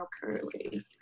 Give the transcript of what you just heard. currently